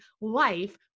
life